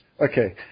Okay